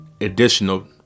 additional